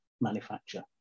manufacture